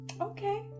Okay